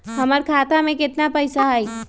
हमर खाता में केतना पैसा हई?